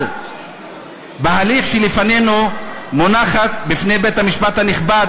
אבל בהליך שלפנינו מונחת בפני בית-המשפט הנכבד